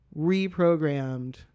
reprogrammed